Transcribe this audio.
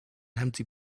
empty